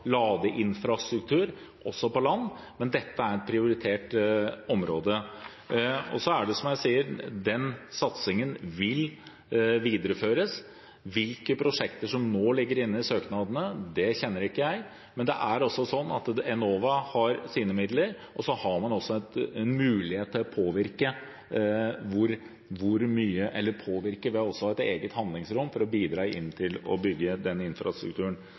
prioritert område. Og, som jeg sier: Den satsingen vil videreføres. Hvilke prosjekter som nå ligger inne i søknadene, kjenner jeg ikke til, men Enova har sine midler, og så har man en mulighet til å påvirke ved også å ha et eget handlingsrom for å bidra inn til å bygge den infrastrukturen.